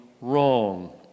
wrong